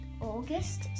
August